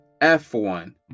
f1